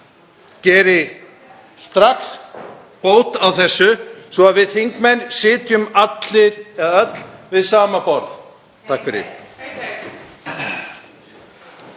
geri strax bót á þessu svo að við þingmenn sitjum öll við sama borð. (Gripið